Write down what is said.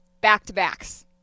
back-to-backs